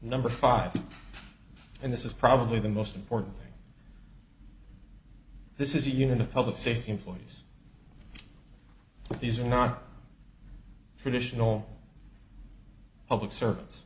number five and this is probably the most important thing this is even a public safety employees but these are not traditional public serv